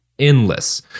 Endless